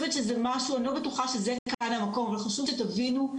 אני לא בטוחה שזה כאן המקום אבל חשוב שתבינו,